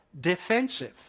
defensive